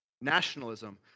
Nationalism